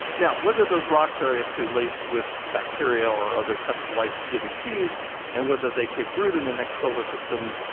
now, whether those rocks are actually laced with bacteria or other kinds of life-giving seeds and whether they take root in the next solar system,